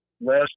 last